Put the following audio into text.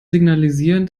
signalisieren